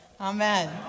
Amen